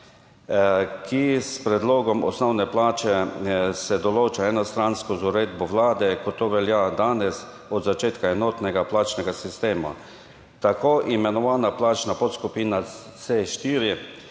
Ki s predlogom osnovne plače se določa enostransko z uredbo Vlade, kot to velja danes od začetka enotnega plačnega sistema. Tako imenovana plačna podskupina C4